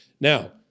Now